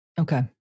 Okay